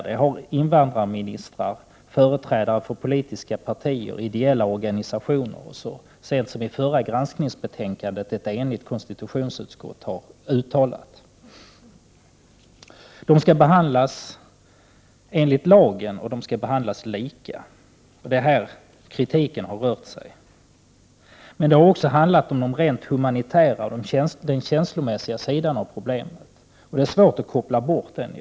Det har invandrarministrar och företrädare för politiska partier och ideella organisationer — och så sent som beträffande det förra granskningsbetänkandet ett enigt konstitutionsutskott — uttalat. Människorna skall behandlas enligt lagen, och de skall behandlas lika. Det är om detta som kritiken har handlat. Men det har också handlat om den rent humanitära och den känslomässiga sidan av problemet. Det är svårt att koppla bort denna.